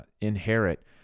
inherit